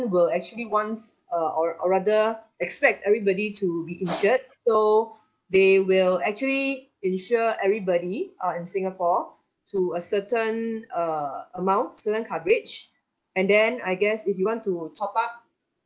will actually wants uh or or rather expects everybody to be insured so they will actually insure everybody uh in singapore to a certain err amount certain coverage and then I guess if you want to top up